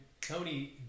Tony